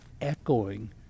echoing